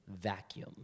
vacuum